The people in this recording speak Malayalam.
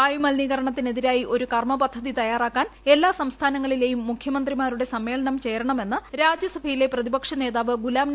വായുമലിനീകരണത്തിന് എതിരായി ഒരു കർമ്മ പദ്ധതി തയ്യാറാക്കാൻ എല്ലാ സംസ്ഥാനങ്ങളിലെയും മുഖ്യമന്ത്രിമാരുടെ സമ്മേളനം ചേരണമെന്ന് രാജ്യസഭയിലെ പ്രതിപക്ഷനേതാവ് ഗുലാംനബി ആസാദ് ആവശ്യപ്പെട്ടു